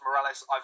Morales